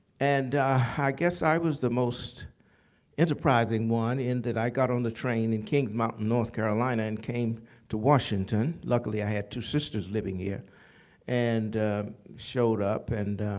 and guess i was the most enterprising one, in that i got on the train in kings mountain, north carolina and came to washington. luckily i had two sisters living here and showed up and